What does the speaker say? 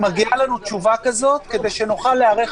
מגיעה לנו תשובה, כדי שנוכל להיערך